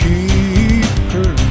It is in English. Keeper